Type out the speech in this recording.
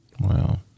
Wow